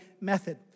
method